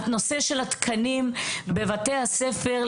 הנושא של התקנים בבתי הספר,